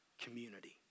community